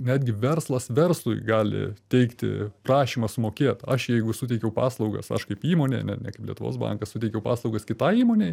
netgi verslas verslui gali teikti prašymą sumokėt aš jeigu suteikiau paslaugas aš kaip įmonė ne ne kaip lietuvos bankas suteikiau paslaugas kitai įmonei